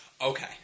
Okay